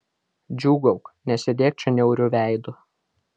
džiūgauk nesėdėk čia niauriu veidu